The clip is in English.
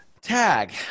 Tag